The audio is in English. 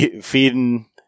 feeding